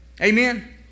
Amen